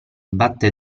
batté